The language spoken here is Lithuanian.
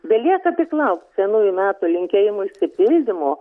belieka tik laukt senųjų metų linkėjimų išsipildymo